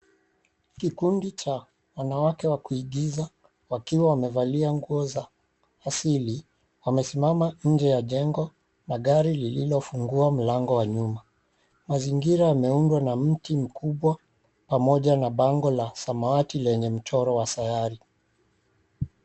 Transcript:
Kikundi cha wanawake wakuigiza wakiwa wamevalia nguo za asili wamesimama nje ya jengo na gari lilofungua mlango wa nyuma. Mazingira yameundwa na mti mkubwa pamoja na bango la samawati lenye mchoro ya sayari.